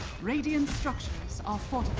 reading instruction sell for